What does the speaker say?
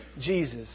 Jesus